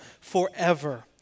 forever